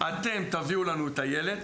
בטרום הפיילוט: "אתם תביאו לנו את הילד.